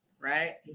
right